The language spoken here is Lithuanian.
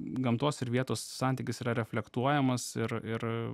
gamtos ir vietos santykis yra reflektuojamas ir ir